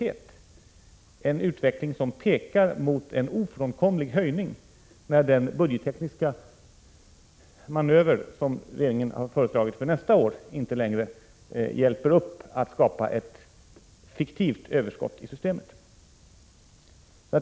Det är en utveckling som pekar mot en ofrånkomlig höjning när den budgettekniska manöver som regeringen har föreslagit för nästa år inte längre hjälper till att skapa ett fiktivt överskott i systemet.